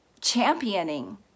championing